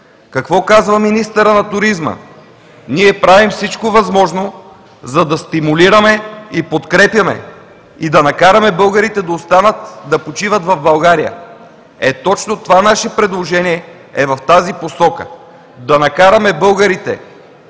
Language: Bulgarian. Какво казва министърът на туризма? „Ние правим всичко възможно, за да стимулираме и подкрепяме, да накараме българите да останат да почиват в България.“ Е, точно това наше предложение е в тази посока – да накараме българите,